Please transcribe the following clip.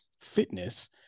fitness